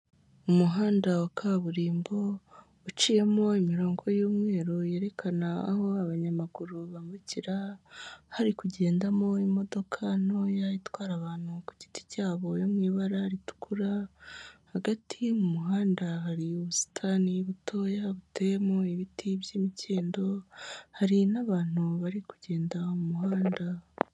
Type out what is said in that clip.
Umuhanda wa kaburimbo uciyemo imirongo y'umweru yerekana aho abanyamaguru bambukira, hari kugendamo imodoka ntoya itwara abantu ku giti cyabo yo mu ibara ritukura, hagati mu muhanda hari ubusitani butoya buteyemo ibiti by'imikindo, hari n'abantu bari kugenda mu muhanda.